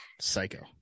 Psycho